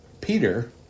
Peter